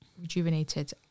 rejuvenated